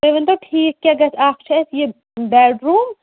تُہۍ ؤنتَو ٹھیٖک کیٛاہ گژھِ اَکھ چھُ اَسہِ یہِ بیٚڈ روٗم